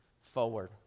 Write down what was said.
forward